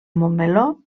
montmeló